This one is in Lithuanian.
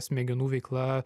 smegenų veikla